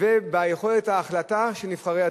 וביכולת ההחלטה של נבחרי הציבור.